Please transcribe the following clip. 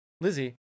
Lizzie